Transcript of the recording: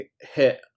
hit